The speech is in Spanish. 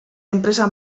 empresa